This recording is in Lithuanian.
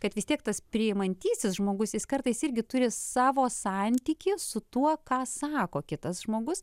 kad vis tiek tas priimantysis žmogus jis kartais irgi turi savo santykį su tuo ką sako kitas žmogus